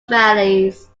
valleys